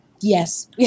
yes